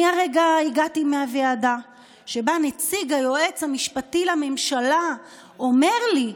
אני הרגע הגעתי מהוועדה שבה נציג היועץ המשפטי לממשלה אומר לי: